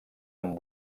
amb